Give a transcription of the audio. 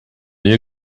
will